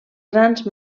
grans